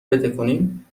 بتکونیم